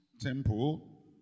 temple